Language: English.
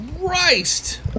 Christ